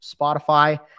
Spotify